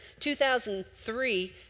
2003